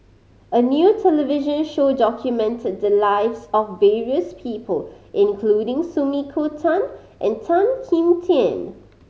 a new television show documented the lives of various people including Sumiko Tan and Tan Kim Tian